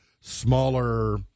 smaller –